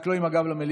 רק לא עם הגב למליאה.